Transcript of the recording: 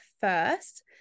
first